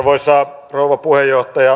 arvoisa rouva puheenjohtaja